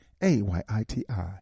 A-Y-I-T-I